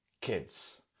kids